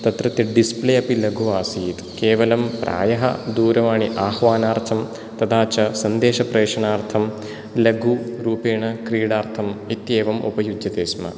तत्र डिस्प्ले अपि लघु आसीत् केवलं प्रायः दूरवाणी आह्वानार्थं तथा च सन्देश प्रेषनार्थं लघु रूपेण क्रीडार्थं इत्येवम् उपयुज्यते स्म